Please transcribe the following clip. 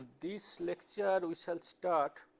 this lecture we shall start